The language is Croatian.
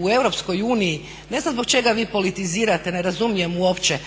u Europskoj uniji. Ne znam zbog čega vi politizirate, ne razumijem uopće.